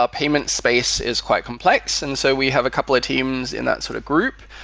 ah payment space is quite complex, and so we have a couple of teams in that sort of group.